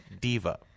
diva